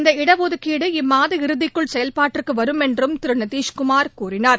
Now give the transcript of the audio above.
இந்த இடஒதுக்கீடு இம்மாத இறுதிக்குள் செயல்பாட்டிற்கு வரும் என்றும் திரு நிதிஷ்குமார் கூறினார்